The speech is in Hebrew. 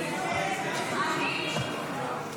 1 לחלופין קל"ב.